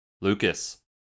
Lucas